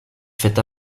fait